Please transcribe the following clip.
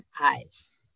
eyes